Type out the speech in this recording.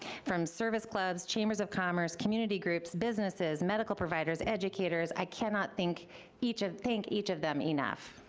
from service clubs, chambers of commerce, community groups, businesses, medical providers, educators. i cannot thank each of, thank each of them enough.